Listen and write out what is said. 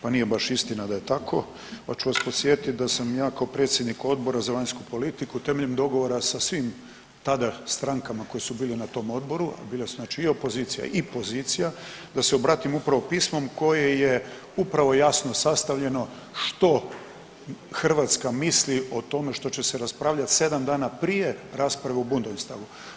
Pa nije baš istina da je tako, pa ću vas podsjetiti da sam ja kao predsjednik Odbora za vanjsku politiku temeljem dogovora sa svim tada strankama koje su bile na tom odboru, a bile su znači i opozicija i pozicija, da se obratim upravo pismom koje je upravo jasno sastavljeno što Hrvatska misli o tome što će se raspravljati 7 dana prije rasprave u Bundestagu.